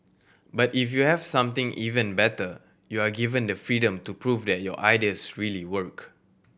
but if you have something even better you are given the freedom to prove that your ideas really work